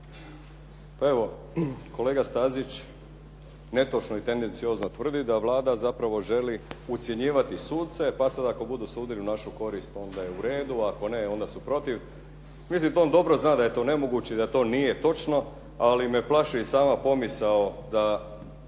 Pa evo, kolega Stazić netočno i tendenciozno tvrdi da Vlada zapravo želi ucjenjivati suce, pa sad ako budu sudili u našu korist, onda je u redu, ako ne onda su protiv. Mislim, to on dobro zna da je to nemoguće i da to nije točno, ali me plaši i sama pomisao da